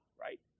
right